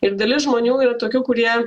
ir dalis žmonių yra tokių kurie